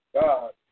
God